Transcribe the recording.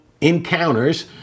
encounters